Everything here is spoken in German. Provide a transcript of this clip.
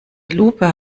lupe